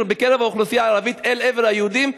בקרב האוכלוסייה הערבית אל עבר היהודים.